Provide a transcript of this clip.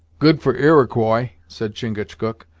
good for iroquois! said chingachgook,